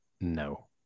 No